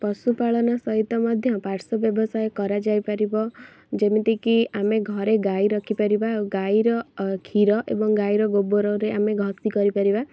ପଶୁପାଳନ ସହିତ ମଧ୍ୟ ପାର୍ଶ୍ଵ ବ୍ୟବସାୟ କରାଯାଇପାରିବ ଯେମିତି କି ଆମେ ଘରେ ଗାଈ ରଖିପାରିବା ଆଉ ଗାଈର କ୍ଷୀର ଏବଂ ଗାଈର ଗୋବରରେ ଆମେ ଘଷି କରିପାରିବା